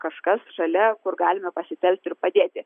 kažkas šalia kur galime pasitelkti ir padėti